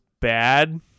bad